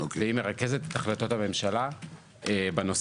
והיא מרכזת את החלטות הממשלה בנושא.